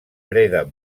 breda